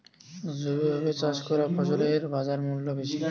জৈবভাবে চাষ করা ফসলের বাজারমূল্য বেশি